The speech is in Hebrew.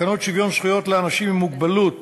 תקנות שוויון זכויות לאנשים עם מוגבלות